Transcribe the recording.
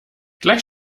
gleich